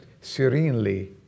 serenely